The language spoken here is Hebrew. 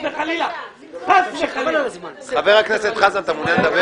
חבר הכנסת חזן, אתה מעוניין לדבר?